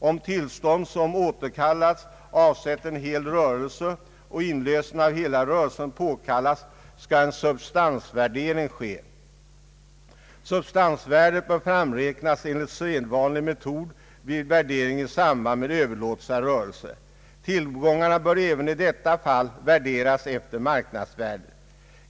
Om tillstånd som återkallas avser en hel rörelse och inlösen av hela rörelsen påkallas, skall substansvärdering ske. Substansvärdet bör framräknas enligt sedvanlig metod vid värdering i samband med överlåtelse av rörelse. Tillgångarna bör även i detta fall värderas efter marknadsvärdet.